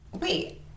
Wait